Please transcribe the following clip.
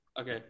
Okay